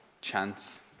chance